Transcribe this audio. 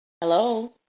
Hello